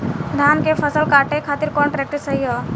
धान के फसल काटे खातिर कौन ट्रैक्टर सही ह?